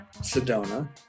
Sedona